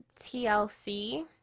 TLC